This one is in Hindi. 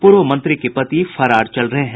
पूर्व मंत्री के पति फरार चल रहे हैं